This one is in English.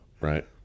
Right